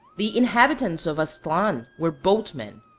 the inhabitants of aztlan were boatmen.